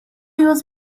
was